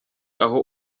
aho